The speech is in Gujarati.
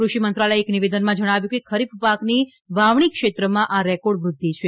કૃષિ મંત્રાલયે એક નિવેદનમાં જણાવ્યું છે કે ખરીફ પાકની વાવણી ક્ષેત્રમાં આ રેકોર્ડ વૃઘ્યિ છે